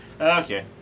Okay